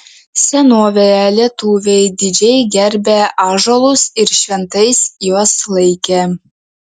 senovėje lietuviai didžiai gerbė ąžuolus ir šventais juos laikė